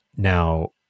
Now